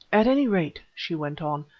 at any rate, she went on,